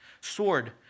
sword